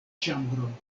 ĉambron